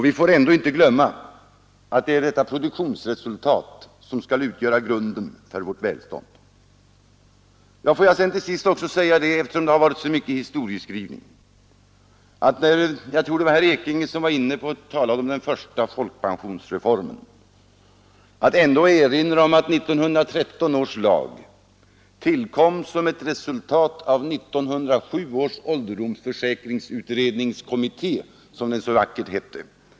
Vi får ändå inte glömma bort att det är detta produktionsresultat som skall utgöra grunden för vårt välstånd. Här har gjorts många historiska återblickar, och jag tror att det var herr Ekinge som talade om den första folkpensionsreformen. Låt mig i det sammanhanget ändå erinra om att 1913 års lag tillkom som ett resultat av 1907 års ålderdomsförsäkringsutredningskommitté, som den så vackert hette.